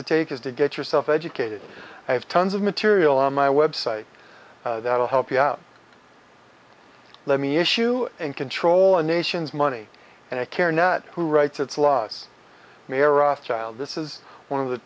to take is to get yourself educated i have tons of material on my website that will help you out let me issue and control a nation's money and i care not who writes its laws meraz child this is one of the